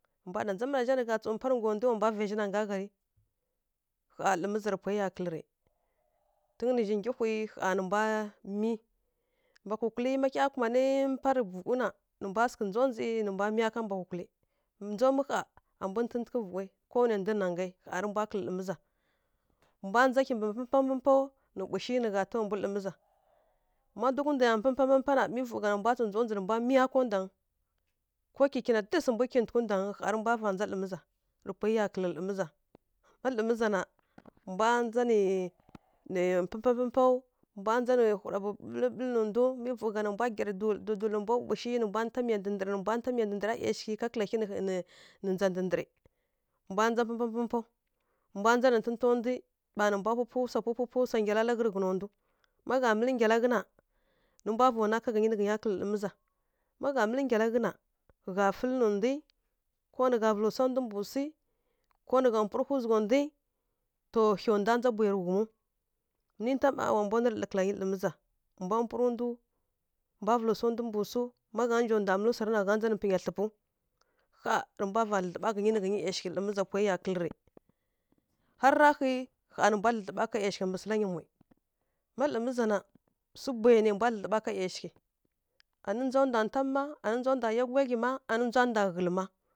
Nǝ mbwa ɗa ndza mǝna zha nǝ gha tsǝw mpa tǝ ngga ndu wa mbwa vaizhi nanga ghá ri? Ƙha lǝ miza pwai ya kǝlǝ rǝ. Tun nǝ zhi nggyihwi gha nǝ mbwa miyi. Mbwa kukulǝ má hya kumanǝ mpá rú vughǝ na, nǝ mbwa sǝghǝ ndzondzi, nǝ mbwa miya ká mbwa kukulǝ, ndzaw mǝ ƙha a mbu ndǝghǝtǝghǝ vughǝ ko wanai ndu nǝ naghai. Ƙha rǝ mbwa kǝlǝ lǝ miza. Mbwa ndza kimbǝ mpǝ mpǝw nǝ ɓushi nǝ gha tawa mbu lǝ miza, má duk ndwa mpǝmpa na mi vǝw gha na, nǝ mbwa tsǝw ndzondzi nǝ mbwa miya ká ndwangǝ. Ko kyi kyi na dǝsǝ mbu kyitǝghǝ ndwangǝ, ƙha rǝ mbwa vandza lǝ miza, rǝ pwai ya kǝlǝ rǝ lǝ miza. Má lǝ miza na, mbwa ndza nǝ nǝ mpǝ mpá mpǝ mpáw, mbwa ndza nǝ hura ɓǝɓǝlǝ nǝ ndu, mi vǝw gha na nǝ mbwa gyara dul dǝduli nǝ mbwa bushi nǝ mbwa ntǝ nta miya ndǝ ndǝrǝ, nǝ mbwa ntǝ nta miya ndǝ ndǝra ˈyashighǝ ká kǝla hyi nǝ ndza ndǝ ndǝrǝ. Mbwa ndza mpǝ mpá mpǝ mpaw, mbwa ndza nǝ ntǝ nta ndwi ɓa nǝ mbwa pu pwi swa pu pwi swa nggyalalaghǝ tǝghǝna ndǝw. Má gha mǝlǝ nggyalaghǝ na, rǝ mbwa va nwa ghǝnyi nǝ ya kǝlǝ lǝ miza, má gha mǝlǝ nggalaghǝ na, nǝ gha fǝlǝ nǝ ndwi, ko nǝ gha vǝlǝ so ndu mbǝ swi, ko nǝ gha mpurǝhwi zugha ndwi, to hay ndwa ndza bwai rǝ ghumǝw. Ninta mma wa mbwa nurǝ lǝ kǝlǝ ghǝnyi lǝ miza. Mbwa mpurǝw ndu, mbwa vǝlǝw swa ndu mbǝ swu, má gha nja ndwa mǝlǝ swara na, gha ndza nǝ mpǝnya thlǝpǝw. Ƙha rǝ mbwa vara dlǝdlǝɓa ghǝnyi nǝ nyi ˈyashighǝ lǝ miza pwai ya kǝlǝ rǝ. Har ra hǝi ƙha nǝ mbwa dlǝdlǝɓa ká ˈyashighǝ mbǝ sǝla nyi mwi. Má lǝ miza na, swu bwayi nai mbwa dlǝdlǝɓa ká ˈyashighǝ. Ani ndza ndwa ntam má, ani ndza ndwa ya gudlyaghyi má, ani ndza ndwa ghǝlǝ má.